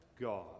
God